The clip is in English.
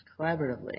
collaboratively